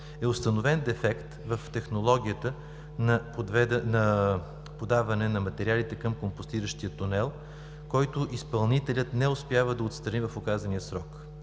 е установен дефект в технологията на подаване на материалите към компостиращия тунел, който изпълнителят не успява да отстрани в указания срок.